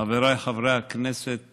חבריי חברי הכנסת